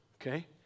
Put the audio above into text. okay